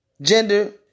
Gender